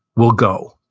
we'll go.